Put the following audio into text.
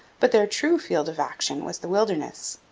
but their true field of action was the wilderness.